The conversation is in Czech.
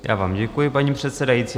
Já vám děkuji, paní předsedající.